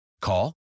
Call